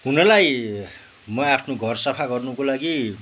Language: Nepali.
हुनलाई म आफ्नो घर सफा गर्नुको लागि